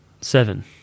Seven